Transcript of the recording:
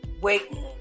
waiting